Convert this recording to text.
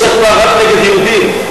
יש הקפאה רק נגד היהודים,